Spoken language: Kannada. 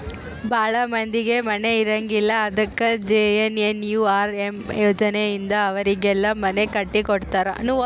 ಭಾಳ ಮಂದಿಗೆ ಮನೆ ಇರಂಗಿಲ್ಲ ಅದಕ ಜೆ.ಎನ್.ಎನ್.ಯು.ಆರ್.ಎಮ್ ಯೋಜನೆ ಇಂದ ಅವರಿಗೆಲ್ಲ ಮನೆ ಕಟ್ಟಿ ಕೊಡ್ತಾರ